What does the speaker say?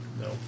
No